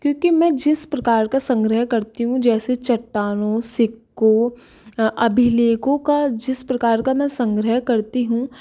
क्योंकि मैं जिस प्रकार का संग्रह करती हूँ जैसे चट्टानों सिक्कों अभिलेखों का जिस प्रकार का मैं संग्रह करती हूँ